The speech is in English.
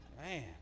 man